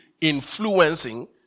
influencing